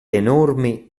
enormi